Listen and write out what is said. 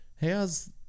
how's